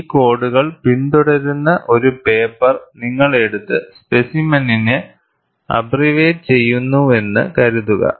ഈ കോഡുകൾ പിന്തുടരുന്ന ഒരു പേപ്പർ നിങ്ങൾ എടുത്ത് സ്പെസിമെനിനെ അബ്ബ്റിവേറ്റ് ചെയ്യുന്നുവെന്ന് കരുതുക